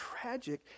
tragic